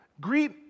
Greet